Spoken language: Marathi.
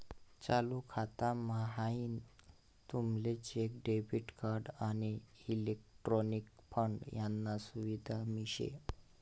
चालू खाता म्हाईन तुमले चेक, डेबिट कार्ड, आणि इलेक्ट्रॉनिक फंड यानी सुविधा भी शे